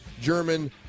German